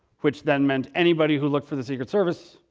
which then meant anybody who looked for the secret service,